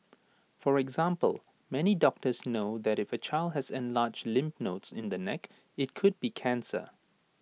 for example many doctors know that if the child has enlarged lymph nodes in the neck IT could be cancer